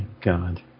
God